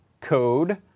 code